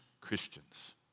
Christians